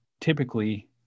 typically